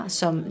som